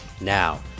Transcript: Now